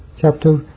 Chapter